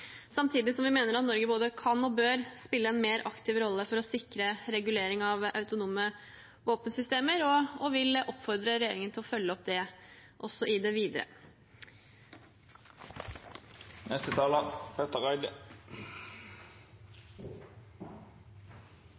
samtidig som vi mener at Norge både kan og bør spille en mer aktiv rolle for å sikre regulering av autonome våpensystemer, og vil oppfordre regjeringen til å følge opp det også i det videre.